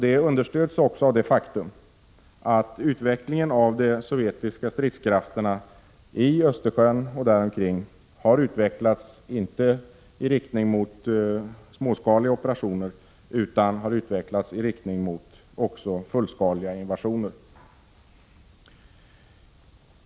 Detta understöds också av det faktum att utvecklingen av de sovjetiska stridskrafterna i Östersjön och däromkring har utvecklats inte i riktning mot småskaliga operationer utan i riktning mot fullskaliga invasioner.